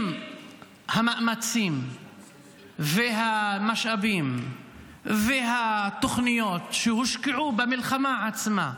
אם המאמצים והמשאבים והתוכניות שהושקעו במלחמה עצמה,